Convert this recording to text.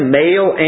male